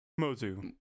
Mozu